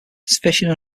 fishing